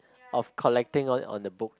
of collecting on on the books